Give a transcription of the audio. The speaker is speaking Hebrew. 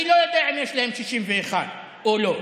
אני לא יודע אם יש להם 61 או לא.